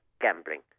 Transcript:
gambling